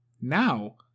Now